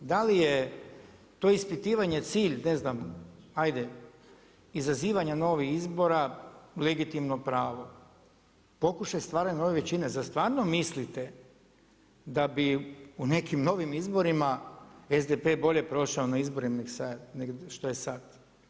Da li je to ispitivanje cilj ne znam, ajde izazivanja novih izbora, legitimno pravo, pokušaj stvaranja nove većine, zar stvarno mislite da bi u nekim novim izborima SDP bolje prošao nego što je sad?